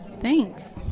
Thanks